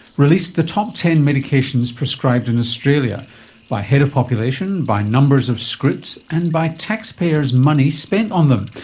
released the top ten medications prescribed in australia by head of population, by numbers of scripts and by taxpayers' money spent on them.